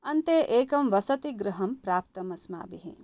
अन्ते एकं वसतिगृहं प्राप्तम् अस्माभिः